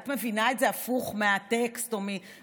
את מבינה את זה הפוך מהטקסט או מהכוונה.